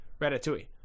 Ratatouille